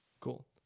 Cool